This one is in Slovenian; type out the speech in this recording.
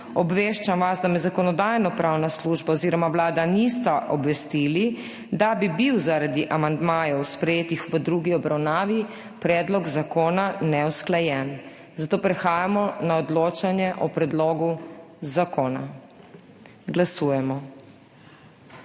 Obveščam vas, da me Zakonodajno-pravna služba oziroma Vlada nista obvestili, da bi bil zaradi amandmajev, sprejetih v drugi obravnavi, predlog zakona neusklajen, zato prehajamo na odločanje o predlogu zakona. Glasujemo.